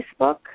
Facebook